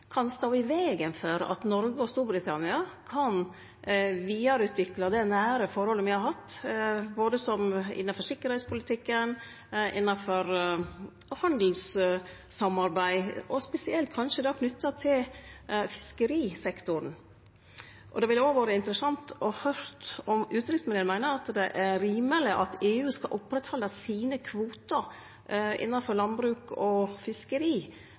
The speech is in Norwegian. kan stå i vegen for at Noreg og Storbritannia kan vidareutvikle det nære forholdet me har hatt både innanfor sikkerheitspolitikken og når det gjeld handelssamarbeid, kanskje spesielt knytt til fiskerisektoren? Det ville òg vore interessant å høyre om utanriksministeren meiner det er rimeleg at EU skal oppretthalde kvotane sine innanfor landbruk og fiskeri